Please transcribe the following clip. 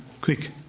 quick